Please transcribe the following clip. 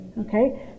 Okay